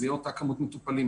זו תהיה אותה כמות מטופלים,